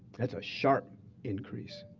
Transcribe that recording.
that's a sharp increase.